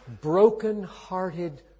broken-hearted